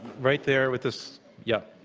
right there with this yeah,